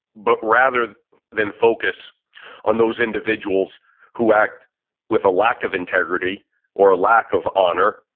but rather than focus on those individuals who act with a lack of integrity or a lack of honor,